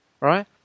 right